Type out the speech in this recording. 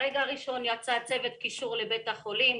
ברגע הראשון כבר יצא צוות קישור לבית החולים,